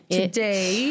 today